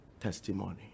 testimony